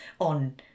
on